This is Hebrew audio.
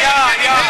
דקה.